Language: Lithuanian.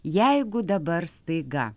jeigu dabar staiga